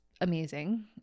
amazing